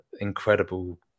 incredible